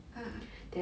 ah ah